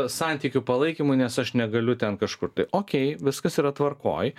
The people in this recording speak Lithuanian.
santykių palaikymui nes aš negaliu ten kažkur tai okei viskas yra tvarkoj